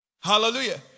Hallelujah